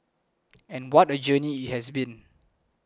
and what a journey it has been